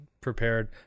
prepared